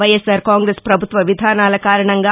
వైఎస్సార్ కాంగ్రెస్ ప్రభుత్వ విధానాల కారణంగా